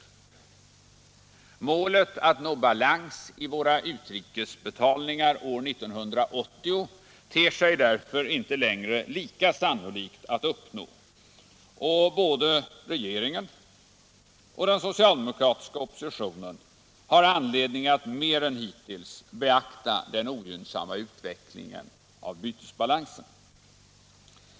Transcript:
Målet att nå balans i våra utrikesbetalningar år 1980 ter sig därför inte längre lika sannolikt att uppnå, och både regeringen och den socialdemokratiska oppositionen har anledning att mer än hittills beakta den ogynnsamma utvecklingen av bytesbalansen.